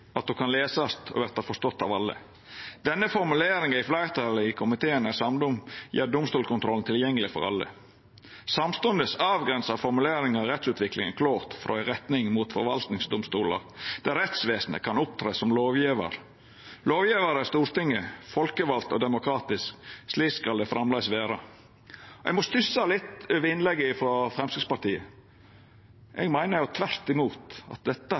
at ho kan lesast og verta forstått av alle. Den formuleringa fleirtalet i komiteen er samde om, gjer domstolskontrollen tilgjengeleg for alle. Samstundes avgrensar formuleringa rettsutviklinga klårt frå ei retning mot forvaltingsdomstolar, der rettsvesenet kan opptre som lovgjevar. Lovgjevar er Stortinget, folkevald og demokratisk. Slik skal det framleis vera. Eg stussar litt over innlegget frå Framstegspartiet. Eg meiner tvert imot at dette